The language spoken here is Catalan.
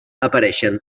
apareixen